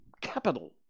capital